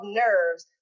nerves